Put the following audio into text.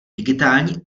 digitální